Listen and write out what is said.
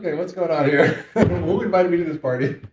and what's going on here? who invited me to this party?